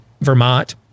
Vermont